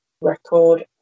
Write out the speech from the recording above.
record